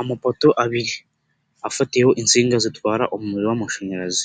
Amapoto abiri afatiyeho insinga zitwara umuriro w'amashanyarazi.